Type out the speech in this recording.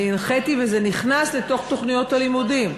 אני הנחיתי, וזה נכנס לתוכניות הלימודים,